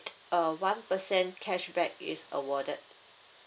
uh one percent cashback is awarded